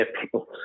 people